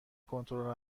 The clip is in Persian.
کنترل